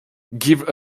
give